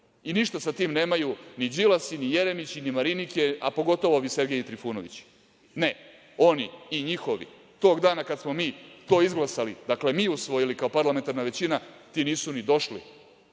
i ništa sa tim nemaju ni Đilasi ni Jeremići, ni Marinike, a pogotovu ovi Sergeji i Trifunovići. Ne, oni i njihovi tog dana kada smo mi to izglasali, dakle mi usvojili kao parlamentarna većina, ti nisu ni došli